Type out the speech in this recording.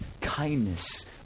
kindness